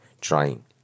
trying